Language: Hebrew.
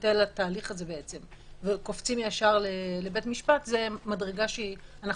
יתבטל התהלך וקופצים לבית המשפט אנו